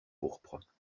pourpre